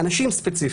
אנשים ספציפיים.